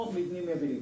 או מבנה זמני.